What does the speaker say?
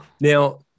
Now